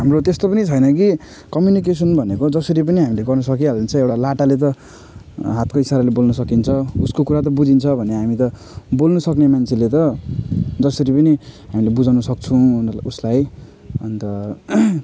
हाम्रो त्यस्तो पनि छैन कि कम्युनिकेसन भनेको जसरी पनि हामीले गर्नु सकिइहालिन्छ एउटा लाटाले त हातको इसाराले बोल्न सकिन्छ उसको कुरा त बुझिन्छ भने हामी त बोल्नसक्ने मान्छेले त जसरी पनि हामीले बुझाउन सक्छौँ उनीहरूलाई उसलाई अन्त